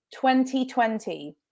2020